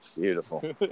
Beautiful